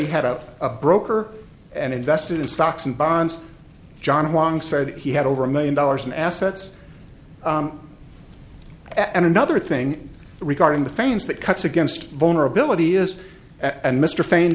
he had out a broker and invested in stocks and bonds john long said he had over a million dollars in assets and another thing regarding the fans that cuts against vulnerability is and mr fa